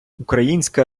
українська